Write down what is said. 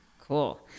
Cool